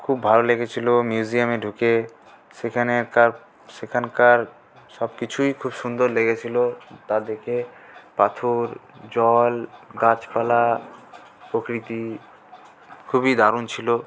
খুব ভালো লেগেছিলো মিউজিয়ামে ঢুকে সেখানেকার সেখানকার সব কিছুই খুব সুন্দর লেগেছিলো তা দেখে পাথর জল গাছপালা প্রকৃতি খুবই দারুন ছিলো